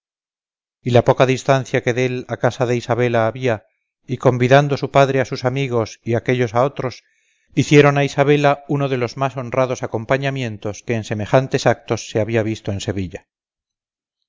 y la poca distancia que dél a la casa de isabela había y convidando su padre a sus amigos y aquéllos a otros hicieron a isabela uno de los más honrados acompañamientos que en semejantes actos se había visto en sevilla